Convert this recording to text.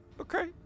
Okay